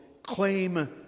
Claim